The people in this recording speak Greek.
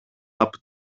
από